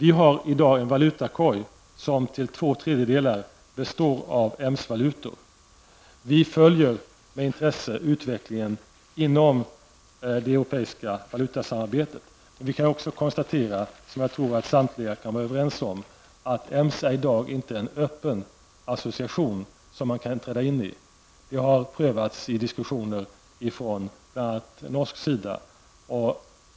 I dag har vi en valutakorg som till två tredjedelar består av EMS-valutor. Vi följer med intresse utvecklingen inom det europeiska valutasamarbetet. Vi kan också konstatera -- det tror jag att samtliga kan vara överens om -- att EMS i dag inte är en öppen association som man kan träda in i; det har prövats i diskussioner från bl.a. norsk sida.